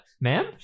Ma'am